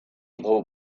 low